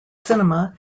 cinema